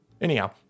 Anyhow